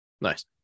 Nice